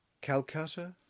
Calcutta